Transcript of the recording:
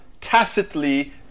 tacitly